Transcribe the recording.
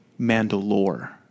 Mandalore